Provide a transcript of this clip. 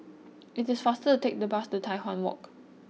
it is faster to take the bus to Tai Hwan Walk